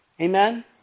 Amen